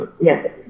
Yes